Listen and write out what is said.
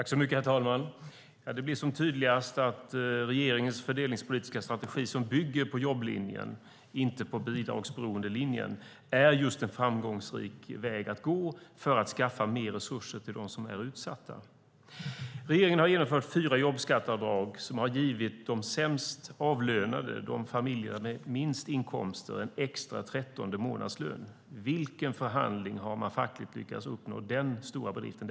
Herr talman! Det är tydligt att regeringens fördelningspolitiska strategi, som bygger på jobblinjen och inte på bidragsberoendelinjen, är en framgångsrik väg att gå för att skaffa mer resurser till dem som är utsatta. Regeringen har genomfört fyra jobbskatteavdrag som har givit de sämst avlönade, familjerna med lägst inkomster, en trettonde månadslön. I vilken facklig förhandling har man lyckats uppnå den stora bedriften?